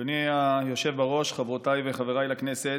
אדוני היושב בראש, חברותיי וחבריי לכנסת,